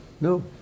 No